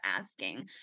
asking